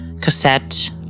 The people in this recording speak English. Cassette